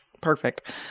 perfect